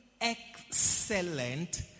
excellent